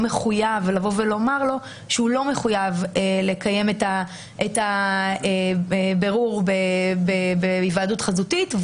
מחויב לבוא ולומר לו שהוא לא מחויב לקיים את הבירור בהיוועדות חזותית,